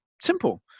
Simple